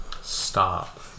Stop